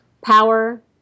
Power